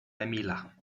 emila